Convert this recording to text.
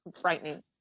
frightening